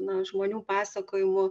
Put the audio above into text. na žmonių pasakojimų